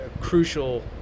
crucial